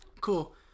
cool